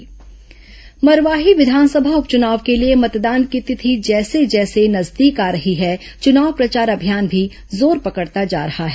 मरवाही उपचुनाव मरवाही विधानसभा उपचुनाव के लिए मतदान की तिथि जैसे जैसे नजदीक आ रही है चुनाव प्रचार अभियान भी जोर पकड़ता जा रहा है